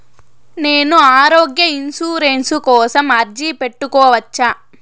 నేను ఆరోగ్య ఇన్సూరెన్సు కోసం అర్జీ పెట్టుకోవచ్చా?